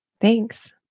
Thanks